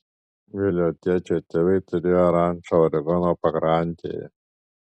vilio tėčio tėvai turėjo rančą oregono pakrantėje